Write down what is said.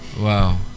Wow